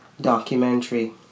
documentary